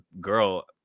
girl